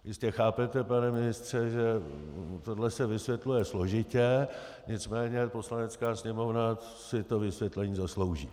Jistě chápete, pane ministře, že tohle se vysvětluje složitě, nicméně Poslanecká sněmovna si to vysvětlení zaslouží.